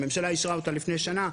הממשלה אישרה אותה לפני שנה,